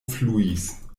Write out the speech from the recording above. fluis